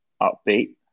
upbeat